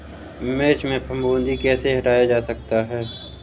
मिर्च में फफूंदी कैसे हटाया जा सकता है?